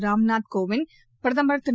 ராம்நாத் கோவிந்த் பிரதமர் திரு